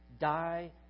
die